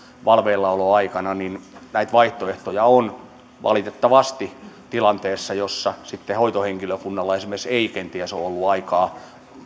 valveillaoloaikana näitä vaihtoehtoja on valitettavasti tilanteessa jossa sitten hoitohenkilökunnalla esimerkiksi ei kenties ole ollut aikaa